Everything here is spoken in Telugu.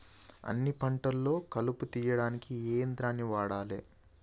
అన్ని పంటలలో కలుపు తీయనీకి ఏ యంత్రాన్ని వాడాలే?